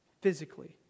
physically